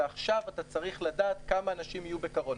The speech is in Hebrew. ועכשיו אתה צריך לדעת כמה אנשים יהיו בקרון.